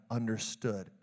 understood